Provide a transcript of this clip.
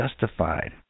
justified